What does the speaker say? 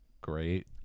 great